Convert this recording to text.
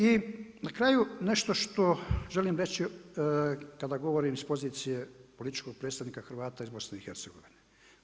I na kraju, nešto što želim reći kada govori s pozicije političkog predstavnika Hrvata iz BiH-a.